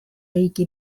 riigi